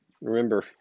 Remember